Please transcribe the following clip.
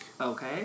okay